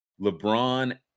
LeBron